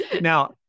Now